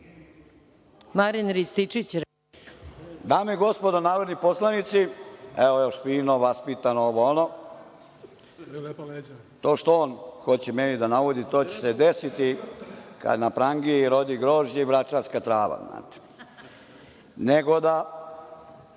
**Marijan Rističević** Dame i gospodo narodni poslanici, evo još fino, vaspitano, ovo, ono. To što on hoće meni da naudi, to će se desiti kad na prangiji rodi grožđe i vračarska trava. Nego,